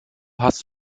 hast